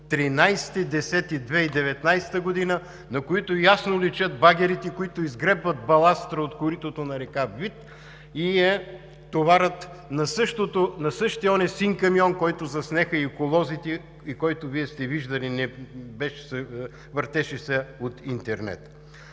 2019 г., на които ясно личат багерите, които изгребват баластра от коритото на река Вит и я товарят на същия онзи син камион, който заснеха и еколозите, и който Вие сте виждали, въртеше се по интернет.